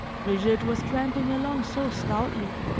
brigitte was tramping along so stoutly,